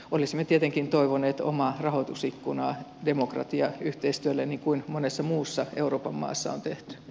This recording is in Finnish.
olisimme tietenkin toivoneet omaa rahoitusikkunaa demokratiayhteistyölle niin kuin monessa muussa euroopan maassa on tehty